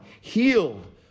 healed